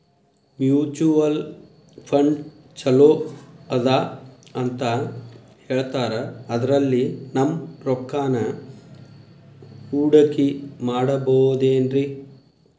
Mutual fund ಛಲೋ ಅದಾ ಅಂತಾ ಹೇಳ್ತಾರ ಅದ್ರಲ್ಲಿ ನಮ್ ರೊಕ್ಕನಾ ಹೂಡಕಿ ಮಾಡಬೋದೇನ್ರಿ?